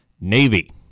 Navy